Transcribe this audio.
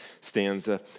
stanza